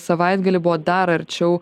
savaitgalį buvo dar arčiau